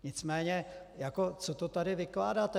Nicméně co to tady vykládáte?